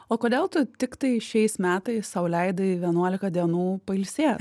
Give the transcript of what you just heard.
o kodėl tu tiktai šiais metais sau leidai vienuolika dienų pailsė